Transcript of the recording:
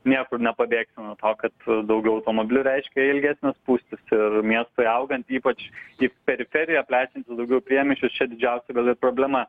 niekur nepabėgsi nuo kad daugiau automobilių reiškia ilgesnes spūstis ir miestui augant ypač į periferiją plečiantis daugiau į priemiesčių čia didžiausia problema